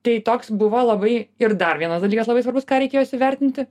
tai toks buvo labai ir dar vienas dalykas labai svarbus ką reikėjo įsivertinti